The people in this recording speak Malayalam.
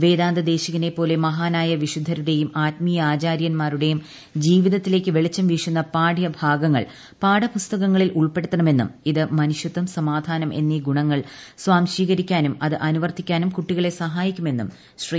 വേദാന്ത ദേശികന്റെ പ്പോലെ മഹാനായ വിശുദ്ധരുടെയും ആത്മീയാചാര്യൻമാരുടെയുർ ജീർിതത്തിലേക്കു വെളിച്ചം വീശുന്ന പാഠ്യഭാഗങ്ങൾ പാഠപുസ്ത്തിക്ങ്ങളിൽ ഉൾപ്പെടുത്തണമെന്നും ഇത് മനുഷ്യത്വം സമാധാന്ത് എന്നീ ഗുണങ്ങൾ സ്വാംശീകരിക്കാനും അത് അനുവർത്തിക്കാനും ് കുട്ടികളെ സഹായിക്കുമെന്ന് ശ്രീ